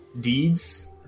deeds